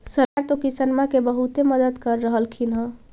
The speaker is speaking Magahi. सरकार तो किसानमा के बहुते मदद कर रहल्खिन ह?